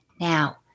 now